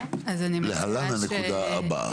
להלן הנקודה הבאה.